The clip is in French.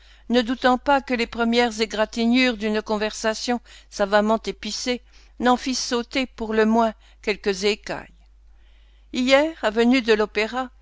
ne doutant pas que les premières égratignures d'une conversation savamment épicée n'en fissent sauter pour le moins quelques écailles hier avenue de l'opéra